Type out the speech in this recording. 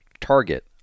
Target